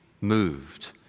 moved